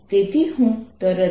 તેથી હું તરત જ